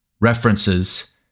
references